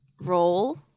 roll